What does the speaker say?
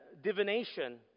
divination